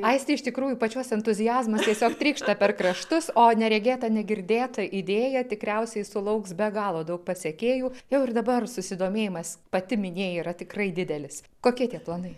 aiste iš tikrųjų pačios entuziazmas tiesiog trykšta per kraštus o neregėta negirdėta idėja tikriausiai sulauks be galo daug pasekėjų jau ir dabar susidomėjimas pati minėjai yra tikrai didelis kokie tie planai